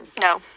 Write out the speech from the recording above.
No